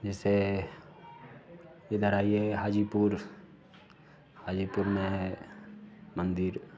जैसे इधर आइए हाजीपुर हाजीपुर में मन्दिर